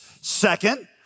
Second